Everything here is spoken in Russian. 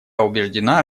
убеждена